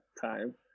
time